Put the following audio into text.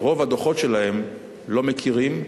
ברוב הדוחות שלהם לא מכירים,